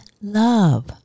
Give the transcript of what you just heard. love